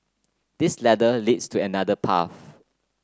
this ladder leads to another path